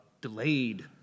delayed